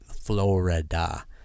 Florida